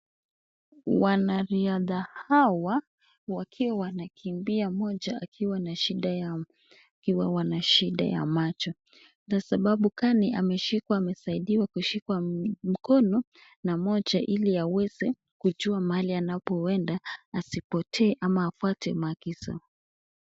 Wanariadha hawa wakiwa wanakimbia mmoja akiwa na shida ya macho. Kwa sababu gani ameshikwa amesaidiwa kushika mkono na moja ili aweze kujua mahali anapoenda asipotee ama afuate maagizo.